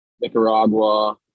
nicaragua